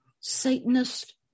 Satanist